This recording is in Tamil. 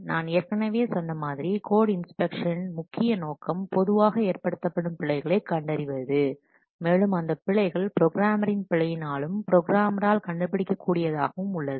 நான் ஏற்கனவே சொன்ன மாதிரி கோட் இன்ஸ்பெக்ஷன் முக்கிய நோக்கம் பொதுவாக ஏற்படுத்தப்படும் பிழைகளை கண்டறிவது மேலும் அந்தப் பிழைகள் ப்ரோக்ராம்மரின் பிழையினாலும் ப்ரோக்ராமரால் கண்டுபிடிக்க கூடியதாகவும் உள்ளது